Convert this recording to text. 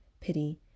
pity